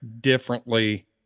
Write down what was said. differently